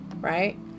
right